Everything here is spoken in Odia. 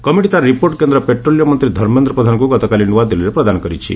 କମିଟି ତା'ର ରିପୋର୍ଟ କେନ୍ଦ୍ର ପେଟ୍ରୋଲିୟମ ମନ୍ତ୍ରୀ ଧର୍ମେନ୍ଦ୍ର ପ୍ରଧାନଙ୍କୁ ଗତକାଲି ନ୍ତ ଆଦିଲ୍ଲୀରେ ପ୍ରଦାନ କରିଛି